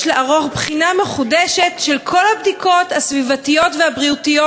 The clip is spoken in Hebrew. לערוך בחינה מחודשת של כל הבדיקות הסביבתיות והבריאותיות,